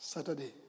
Saturday